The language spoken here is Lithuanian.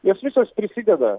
jos visos prisideda